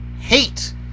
hate